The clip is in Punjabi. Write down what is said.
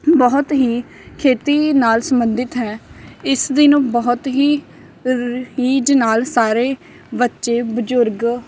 ਬਹੁਤ ਹੀ ਖੇਤੀ ਨਾਲ ਸੰਬੰਧਿਤ ਹੈ ਇਸ ਦਿਨ ਉਹ ਬਹੁਤ ਹੀ ਰ ਰੀਝ ਨਾਲ ਸਾਰੇ ਬੱਚੇ ਬਜ਼ੁਰਗ